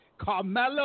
Carmelo